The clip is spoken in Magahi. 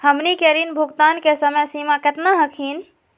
हमनी के ऋण भुगतान के समय सीमा केतना हखिन?